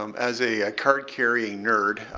um as a cart carrying nerd,